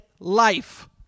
life